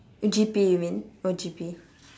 G_P you mean oh G_P